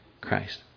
Christ